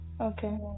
Okay